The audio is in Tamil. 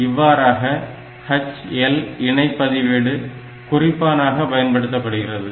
இவ்வாறாக HL இணை பதிவேடு குறிப்பானாக பயன்படுத்தப்படுகிறது